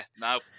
No